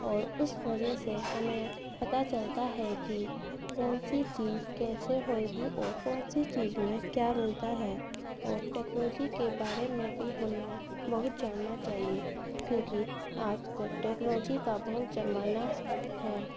اور اس وجہ سے ہمیں پتہ چلتا ہے کہ کون سی چیز کیسے ہوئے گی اور کون سی چیز میں کیا ملتا ہے اور ٹیکنالوجی کے بارے میں بھی ہمیں بہت جاننا چاہیے کیونکہ آج کل ٹیکنالوجی کا بہت زمانہ ہے